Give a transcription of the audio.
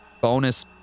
bonus